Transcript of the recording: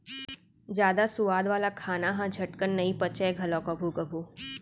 जादा सुवाद वाला खाना ह झटकन नइ पचय घलौ कभू कभू